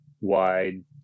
wide